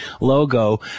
logo